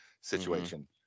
situation